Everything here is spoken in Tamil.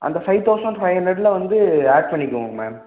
அந்த ஃபைவ் தெளசண்ட் ஃபைவ் ஹண்ட்ரடில் வந்து ஆட் பண்ணிக்குவோம் மேம்